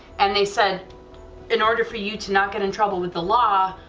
and they said in order for you to not get in trouble with the law,